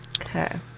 Okay